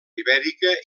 ibèrica